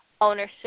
ownership